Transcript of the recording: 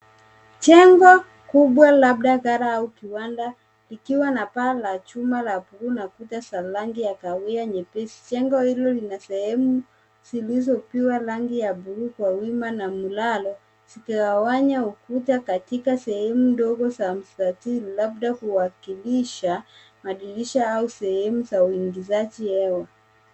Jengo kubwa labda ghala au kiwanda likiwa na paa la chuma la buluu na kuta za rangi ya kahawia nyepesi. Jengo hilo lina sehemu zilizopigwa rangi ya buluu kwa wima na mlalo zikigawanya ukuta katika sehemu ndogo za mstatili labda huwakilisha madirisha au sehemu za uingizaji hewa.